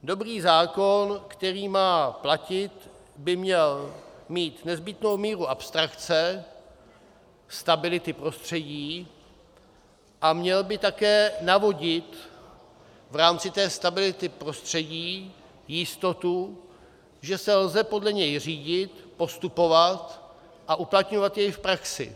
Dobrý zákon, který má platit, by měl mít nezbytnou míru abstrakce, stability prostředí a měl by také navodit v rámci té stability prostředí jistotu, že se lze podle něj řídit, postupovat a uplatňovat jej v praxi.